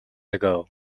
ago